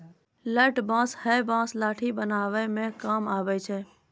लठ बांस हैय बांस लाठी बनावै म काम आबै छै